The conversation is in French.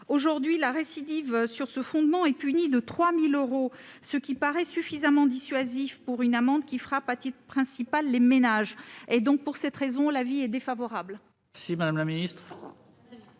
Aujourd'hui, la récidive est punie de 3 000 euros, ce qui paraît suffisamment dissuasif pour une amende qui frappe principalement les ménages. Pour cette raison, l'avis est défavorable.